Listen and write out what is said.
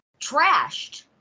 trashed